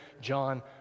John